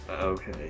Okay